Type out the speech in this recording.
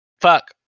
Fuck